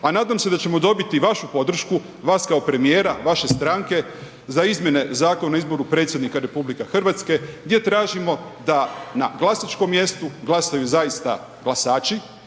A nadam se da ćemo dobiti i vašu podršku, vas kao premijera vaše stranke za izmjena Zakona o izboru predsjednika RH gdje tražimo da na glasačkom mjestu glasaju zaista glasači